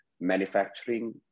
manufacturing